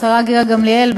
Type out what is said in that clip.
השרה גילה גמליאל,